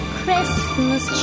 christmas